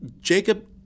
Jacob